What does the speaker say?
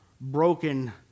broken